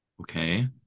okay